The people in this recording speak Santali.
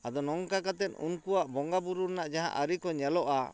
ᱟᱫᱚ ᱱᱚᱝᱠᱟ ᱠᱟᱛᱮᱫ ᱩᱱᱠᱩᱣᱟᱜ ᱵᱚᱸᱜᱟ ᱵᱩᱨᱩ ᱨᱮᱱᱟᱜ ᱡᱟᱦᱟᱸ ᱟᱨᱤᱠᱚ ᱧᱮᱞᱚᱜᱼᱟ